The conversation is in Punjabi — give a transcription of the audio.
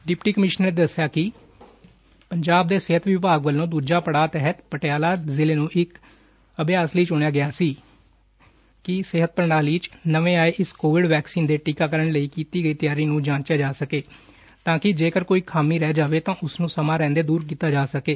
ਡਿਪਟੀ ਕਮਿਸ਼ਨਰ ਨੇ ਦੱਸਿਆ ਕਿ ਪੰਜਾਬ ਦੇ ਸਿਹਤ ਵਿਭਾਗ ਵਲੋ ਦੁਜੇ ਪੜਾਅ ਤਹਿਤ ਪਟਿਆਲਾ ਜਿਲੇ ਨੂੰ ਇਸ ਅਭਿਆਸ ਲਈ ਚੁਣਿਆ ਗਿਆ ਸੀ ਤਾਂ ਕਿ ਸਿਹਤ ਪ੍ਰਣਾਲੀ 'ਚ ਨਵੇ' ਆਏ ਇਸ ਕੋਵਿਡ ਵੈਕਸੀਨ ਦੇ ਟੀਕਾਕਰਨ ਲਈ ਕੀਤੀ ਗਈ ਤਿਆਰੀ ਨੂੰ ਜਾਚਿਆ ਜਾ ਸਕੇ ਤਾਂ ਕਿ ਜੇਕਰ ਕੋਈ ਖਾਮੀ ਰਹਿ ਜਾਵੇ ਤਾਂ ਉਸਨੂੰ ਸਮਾ ਰਹਿੰਦੇ ਦੁਰ ਕੀਤਾ ਜਾ ਸਕੇ